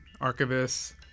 archivist